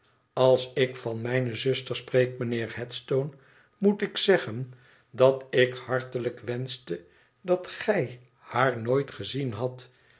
als ik van mijne zuster spreek mijnheer headstone moet ik zeggen dat ik hartelijk wenschte dat gij haar nooit gezien hadt